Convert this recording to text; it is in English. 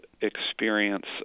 experience